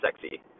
sexy